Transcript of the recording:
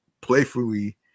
playfully